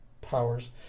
Powers